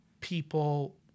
people